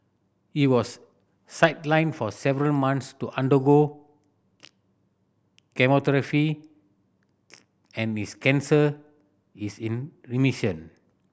he was sidelined for several months to undergo chemotherapy and his cancer is in remission